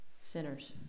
sinners